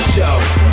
Show